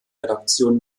redaktion